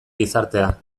gizartea